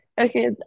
Okay